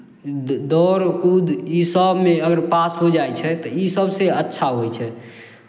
द दौड़ कूद इसभमे अगर पास हो जाइ छै तऽ इसभसँ अच्छा होइ छै